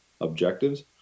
objectives